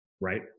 right